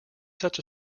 such